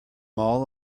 all